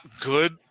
good